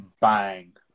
Bang